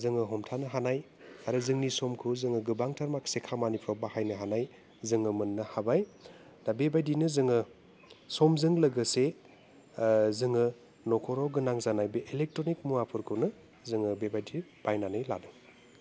जोङो हमथानो हानाय आरो जोंनि समखौ जोङो गोबांथार माखासे खामानिफ्राव बाहायनो हानाय जोङो मोनो हाबाय दा बेबायदिनो जोङो समजों लोगोसे जोङो न'खराव गोनां जानाय बे इलेट्रनिक मुवाफोरखौनो जोङो बेबायदि बायनानै लादों